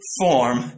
form